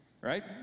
right